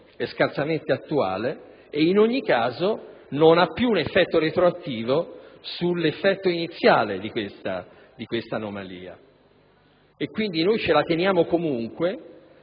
scarsamente attuale e in ogni caso non ha più un effetto retroattivo sull'effetto iniziale di tale anomalia. Quindi, ce la teniamo comunque,